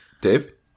Dave